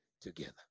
together